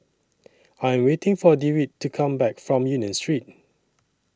I Am waiting For Dewitt to Come Back from Union Street